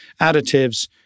additives